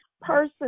person